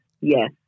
Yes